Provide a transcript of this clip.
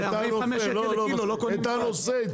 לא אותו, את הנושא.